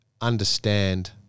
understand